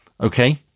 Okay